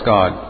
God